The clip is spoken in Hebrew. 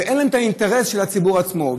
ואין להם את האינטרס של הציבור עצמו.